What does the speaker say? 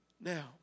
Now